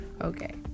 Okay